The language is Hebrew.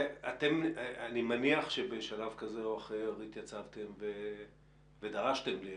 אני מניח שבשלב כזה או אחר התייצבתם ודרשתם לראות.